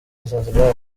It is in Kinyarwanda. zanzibar